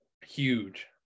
Huge